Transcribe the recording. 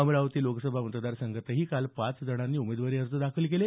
अमरावती लोकसभा मतदारसंघातही काल पाच जणांनी उमेदवारी अर्ज दाखल केले